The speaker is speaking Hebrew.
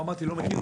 לא אמרתי לא מכיר.